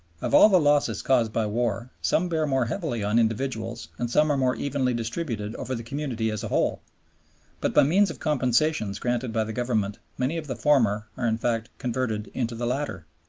of all the losses caused by war some bear more heavily on individuals and some are more evenly distributed over the community as a whole but by means of compensations granted by the government many of the former are in fact converted into the latter.